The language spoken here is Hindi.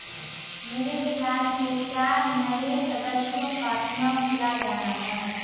मेरे ख्याल से चार नए सदस्यों का चुनाव किया जाना है